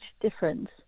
difference